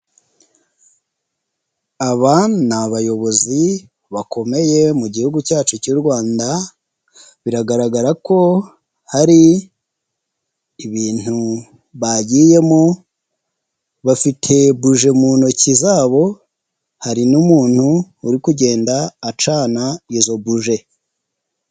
Aba ni abayobozi bakomeye mu gihugu cyacu cy'u Rwanda biragaragara ko hari ibintu bagiyemo bafite buji mu ntoki zabo hari n'umuntu uri kugenda acana izo buje.